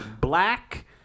black